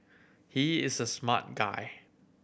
he is a smart guy